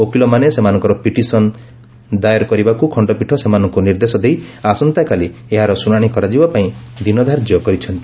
ଓକିଲମାନେ ସେମାନଙ୍କର ପିଟିସନ ଦାୟ କରିବାକୁ ଖଣ୍ଡପୀଠ ସେମାନଙ୍କୁ ନିର୍ଦ୍ଦେଶ ଦେଇ ଆସନ୍ତାକାଲି ଏହାର ଶୁଣାଣି କରାଯିବା ପାଇଁ ଦିନ ଧାର୍ଯ୍ୟ କରିଛନ୍ତି